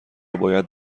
باید